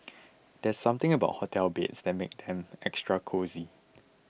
there's something about hotel beds that makes them extra cosy